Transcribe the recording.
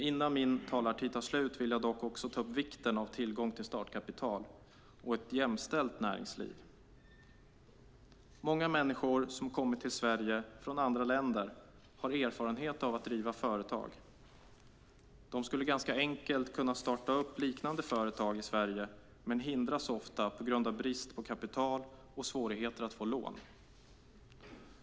Innan min talartid tar slut vill jag dock också ta upp vikten av tillgång till startkapital och vikten av ett jämställt näringsliv. Många människor som har kommit till Sverige från andra länder har erfarenhet av att driva företag. De skulle ganska enkelt kunna starta liknande företag i Sverige men hindras ofta på grund av brist på kapital och svårigheter att få lån.